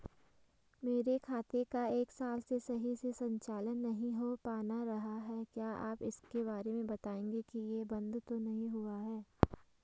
मेरे खाते का एक साल से सही से संचालन नहीं हो पाना रहा है क्या आप इसके बारे में बताएँगे कि ये बन्द तो नहीं हुआ है?